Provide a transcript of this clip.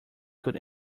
could